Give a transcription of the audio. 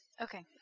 Okay